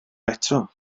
eto